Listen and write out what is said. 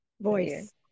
voice